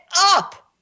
up